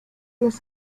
las